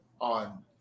on